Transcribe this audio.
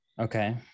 Okay